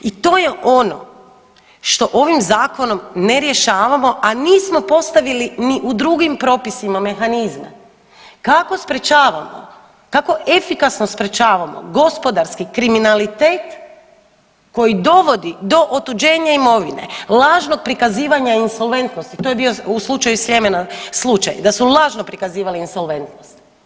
I to je ono što ovim zakonom ne rješavamo, a nismo postavili ni u drugim propisima mehanizme kako sprječavamo, kako efikasno sprječavamo gospodarski kriminalitet koji dovodi do otuđenja imovine lažno prikazivanja insolventnosti, to je bio u slučaju Sljemena slučaj, da su lažno prikazivali insolventnost.